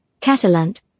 Catalant